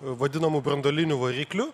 vadinamu branduoliniu varikliu